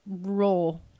Role